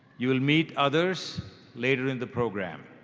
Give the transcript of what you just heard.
you will meet others later in the program.